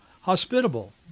hospitable